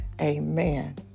Amen